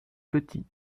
petit